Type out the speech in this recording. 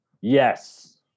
Yes